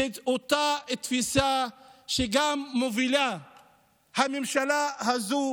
זאת אותה תפיסה שגם מובילה הממשלה הזו